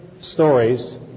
stories